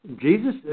Jesus